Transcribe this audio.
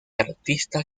artista